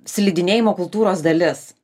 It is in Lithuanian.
slidinėjimo kultūros dalis